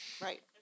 right